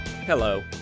Hello